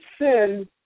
sin